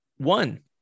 One